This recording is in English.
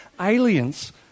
aliens